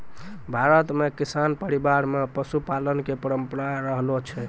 भारत मॅ किसान परिवार मॅ पशुपालन के परंपरा रहलो छै